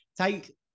take